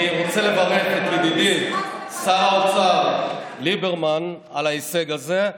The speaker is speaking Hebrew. אני רוצה לברך את ידידי שר האוצר ליברמן על ההישג הזה,